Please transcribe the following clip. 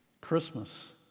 christmas